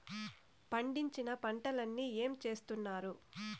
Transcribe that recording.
పండించిన పంటలని ఏమి చేస్తున్నారు?